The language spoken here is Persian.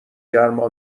گرما